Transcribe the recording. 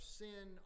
sin